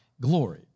glory